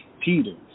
Peter